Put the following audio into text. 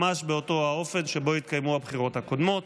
ממש באותו האופן שבו התקיימו הבחירות הקודמות.